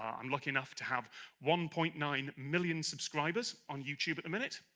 i'm lucky enough to have one point nine million subscribers on youtube at the minute.